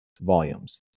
volumes